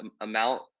amount